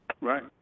Right